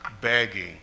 begging